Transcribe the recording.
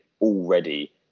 already